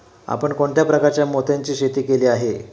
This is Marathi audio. आपण कोणत्या प्रकारच्या मोत्यांची शेती केली आहे?